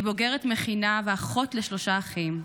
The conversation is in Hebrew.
היא בוגרת מכינה ואחות לשלושה אחים,